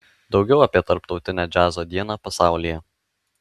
daugiau apie tarptautinę džiazo dieną pasaulyje